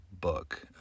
book